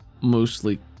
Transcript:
mostly